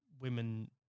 women